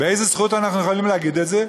באיזו זכות אנחנו יכולים להגיד את זה?